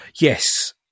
Yes